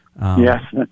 Yes